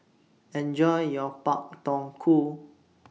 Enjoy your Pak Thong Ko